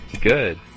Good